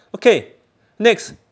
okay next